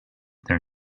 their